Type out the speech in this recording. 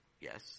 Yes